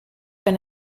been